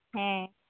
ᱦᱮᱸ